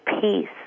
peace